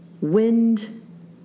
wind